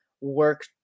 work